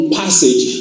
passage